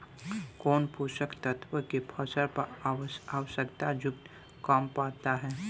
कौन पोषक तत्व के फसल पर आवशयक्ता कम पड़ता?